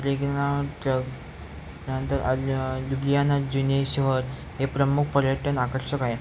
रेगिनावजग त्यानंतर आलु लुबियाना जुने शहर हे प्रमुख पर्यटन आकर्षक आहे